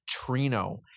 Trino